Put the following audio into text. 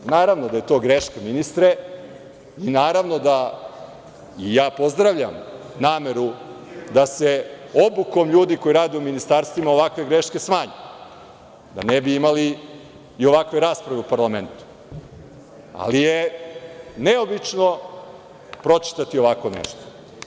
Naravno da je to greška ministre i naravno da, i ja pozdravljam nameru da se obukom ljudi koji rade u ministarstvima ovakve greške smanje, da ne bi imali ovakve rasprave u parlamentu, ali je neobično pročitati ovako nešto.